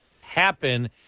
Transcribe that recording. happen